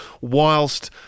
whilst